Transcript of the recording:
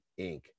Inc